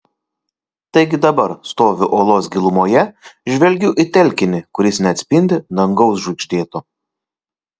taigi dabar stoviu olos gilumoje žvelgiu į telkinį kuris neatspindi dangaus žvaigždėto